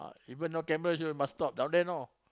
even though cameras here must stop down there no